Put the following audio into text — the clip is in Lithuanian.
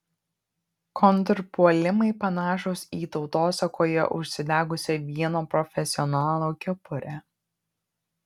kontrpuolimai panašūs į tautosakoje užsidegusią vieno profesionalo kepurę